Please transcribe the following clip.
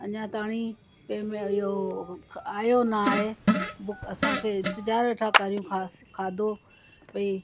अञा ताईं पेमे इहो आयो नाहे असांखे इंतिज़ार वेठा करियूं खा खाधो भई